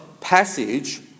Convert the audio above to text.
passage